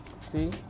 See